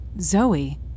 Zoe